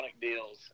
deals